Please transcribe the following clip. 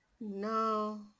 No